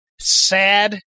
sad